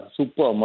Super